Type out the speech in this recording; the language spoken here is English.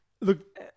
look